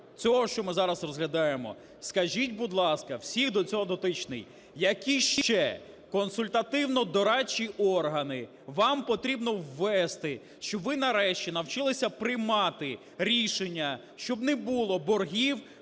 цього, що ми зараз розглядаємо. Скажіть, будь ласка, всі до цього дотичні, які ще консультативно-дорадчі органи вам потрібно ввести, щоб ви нарешті навчилися приймати рішення, щоб не було боргів